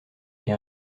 est